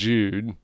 Jude